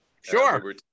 Sure